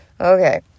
Okay